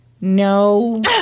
No